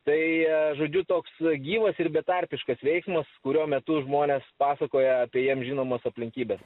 tai žodžiu toks gyvas ir betarpiškas veiksmas kurio metu žmonės pasakoja apie jiem žinomas aplinkybes